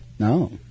No